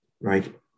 right